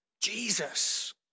Jesus